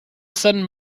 sudden